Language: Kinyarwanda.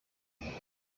cyumba